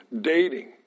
dating